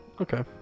Okay